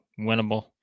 Winnable